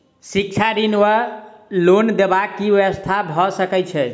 शिक्षा ऋण वा लोन देबाक की व्यवस्था भऽ सकै छै?